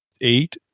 eight